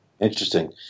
interesting